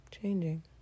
changing